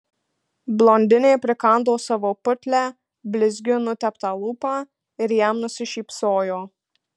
blondinė prikando savo putlią blizgiu nuteptą lūpą ir jam nusišypsojo